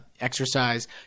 exercise